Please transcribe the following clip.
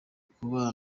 kuba